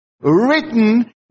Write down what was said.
written